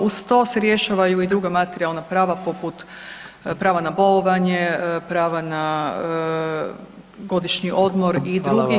Uz to se rješavaju i druga materijalna prava poput prava na bolovanje, prava na godišnji odmor [[Upadica predsjednik: Hvala.]] i drugih…